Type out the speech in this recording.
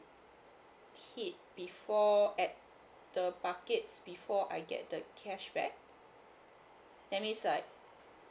hit before at the buckets before I get the cashback that means like